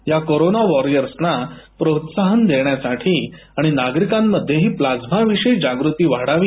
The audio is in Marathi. या कोरोना वॉरिअर्सना प्रोत्साहन देण्यासाठी आणि नागरिकांमध्येही प्लाझ्मा विषयी जागृती वाढावी